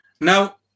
Now